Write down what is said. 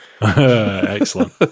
Excellent